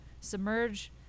Submerge